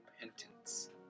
repentance